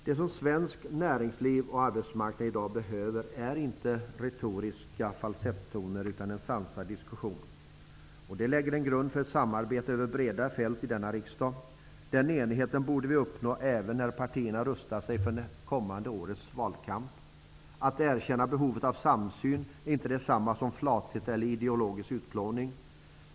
Det som svenskt näringsliv och svensk arbetsmarknad i dag behöver är inte retoriska falsettoner utan en sansad diskussion. Det lägger en grund för ett samarbete över breda fält i denna riksdag. Den enigheten borde vi uppnå även när partierna rustar sig för det kommande årets valkamp. Att erkänna behovet av samsyn är inte detsamma som flathet eller ideologisk utplåning.